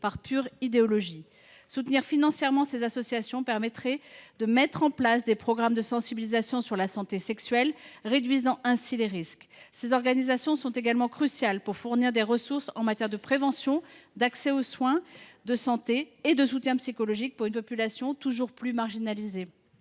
par pure idéologie. Soutenir financièrement ces associations permettrait de mettre en place des programmes de sensibilisation sur la santé sexuelle afin de réduire les risques. Elles ont également un rôle crucial pour fournir des ressources en matière de prévention, d’accès aux soins et de soutien psychologique, alors que cette population est toujours plus marginalisée.